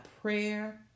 prayer